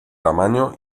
tamaño